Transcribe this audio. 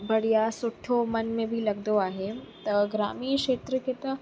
बढ़िया सुठो मन में बि लॻंदो आहे त ग्रामीण खेत्र खे त